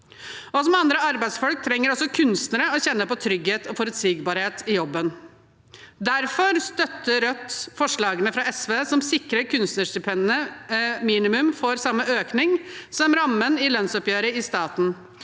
Som andre arbeidsfolk trenger også kunstnere å kjenne på trygghet og forutsigbarhet i jobben. Derfor støtter Rødt forslagene fra SV om å sikre at kunstnerstipendene minimum får samme økning som rammen i lønnsoppgjøret i staten,